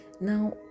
now